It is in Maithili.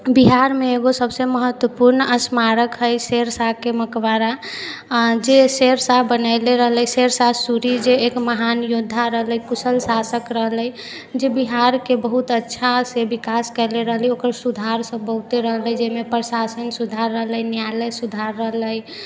बिहारमे एगो सबसँ महत्वपूर्ण स्मारक हइ शेरशाहके मकबरा आओर जे शेरशाह बनेले रहलै शेरशाह शूरी जे एक महान योद्धा रहलै कुशल शासक रहलै जे बिहारके बहुत अच्छासँ विकास कैले रहलै ओकर सुधार सब बहुते रहलै जाहिमे प्रशासनिक सुधार रहलै न्यायलय सुधार रहलै